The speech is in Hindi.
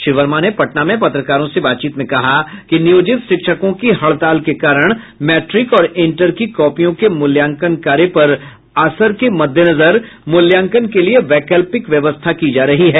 श्री वर्मा ने पटना में पत्रकारों से बातचीत में कहा कि नियोजित शिक्षकों की हड़ताल के कारण मैट्रिक और इंटर की कॉपियों के मूल्यांकन कार्य पर असर के मद्देनजर मूल्यांकन के लिये वैकल्पिक व्यवस्था की जा रही है